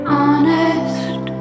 honest